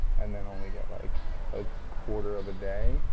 and then only get like a quarter of a day,